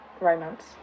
romance